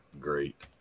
great